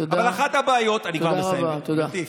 תודה, תודה רבה.